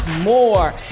more